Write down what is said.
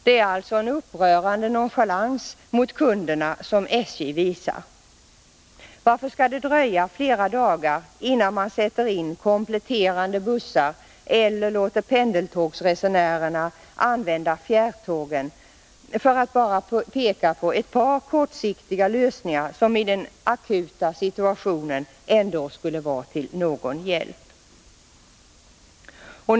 Det är alltså en upprörande nonchalans mot kunderna som SJ visar. Varför skall det dröja flera dagar innan man sätter in kompletterande bussar eller låter pendeltågsresenärerna använda fjärrtågen, för att bara peka på ett par kortsiktiga lösningar, som i den akuta situationen ändå skulle vara till någon Nr 68 hjälp?